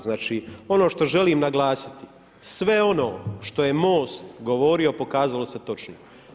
Znači ono što želim naglasiti, sve ono što je Most govorio pokazalo se točnim.